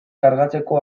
kargatzeko